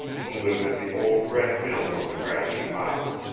who lived at the old red mill on the grassy mound,